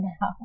now